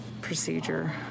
procedure